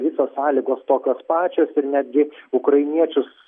visos sąlygos tokios pačios ir netgi ukrainiečius